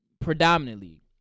predominantly